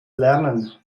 lernen